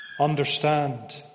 Understand